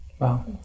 Wow